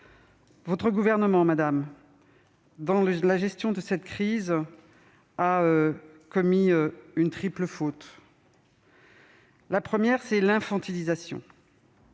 madame la ministre, dans la gestion de cette crise, a commis une triple faute. La première, c'est l'infantilisation,